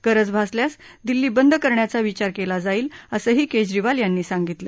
गरज भासल्यास दिल्ली बंद करण्याचा विचार केला जाईल असंही केजरीवाल यांनी सांगितलं